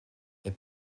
elle